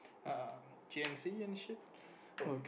um G_N_C and shit oh wait